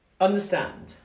understand